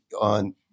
on